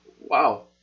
Wow